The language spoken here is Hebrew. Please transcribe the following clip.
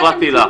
לא הפרעתי לך.